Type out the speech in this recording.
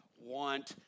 want